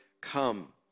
come